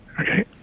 Okay